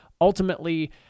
ultimately